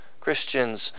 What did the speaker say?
Christians